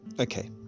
Okay